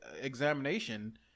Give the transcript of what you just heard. examination